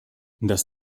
das